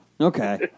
Okay